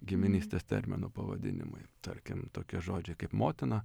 giminystės terminų pavadinimai tarkim tokie žodžiai kaip motina